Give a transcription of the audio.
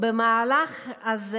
המהלך הזה